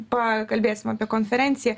pakalbėsim apie konferenciją